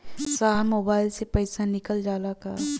साहब मोबाइल से पैसा निकल जाला का?